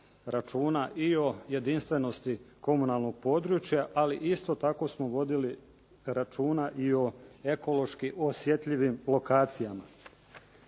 i o jedinstvenosti komunalnog područja, ali isto tako smo vodili računa i o ekološki osjetljivim lokacijama.